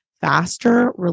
faster